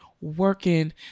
working